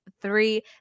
three